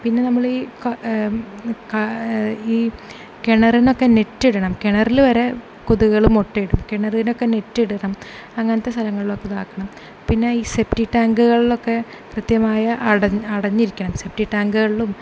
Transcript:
പിന്നെ നമ്മൾ ഈ ഈ കിണറിനൊക്കെ നെറ്റ് ഇടണം കിണറിൽ വരെ കൊതുകുകൾ മുട്ടയിടും കിണറിനൊക്കെ നെറ്റ് ഇടണം അങ്ങനത്തെ സ്ഥലങ്ങളിലൊക്കെ ഇതാക്കണം പിന്നെ സെപ്റ്റിക് ടാങ്കുകളിലൊക്കെ കൃത്യമായ അട അടഞ്ഞിരിക്കണം സെപ്പ്റ്റിക് ടാങ്കുകളിലും